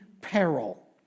peril